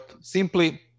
simply